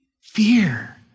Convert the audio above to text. Fear